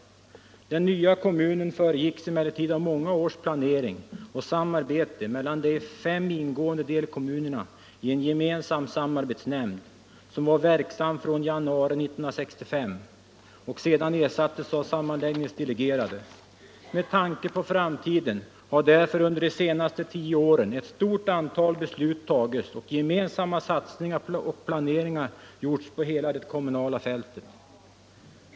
Bildandet av den nya kommunen föregicks emellertid av många års planering och samarbete mellan de fem ingående delkommunerna i en gemensam samarbetsnämnd, som var verksam från januari 1965 och sedan ersattes av sammanläggningsdelegerade. Med tanke på framtiden har därför under de senaste tio åren ett stort antal beslut fattats och gemensamma satsningar och planeringar gjorts på hela det kommunala fältet.